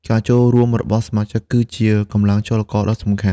ការចូលរួមរបស់សមាជិកគឺជាកម្លាំងចលករដ៏សំខាន់។